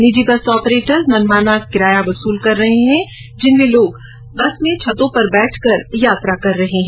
निजी bus operator मनमाना किराया वसूल रहे हैं जिनमें लोग छतों पर बैठकर भी यात्रा कर रहे हैं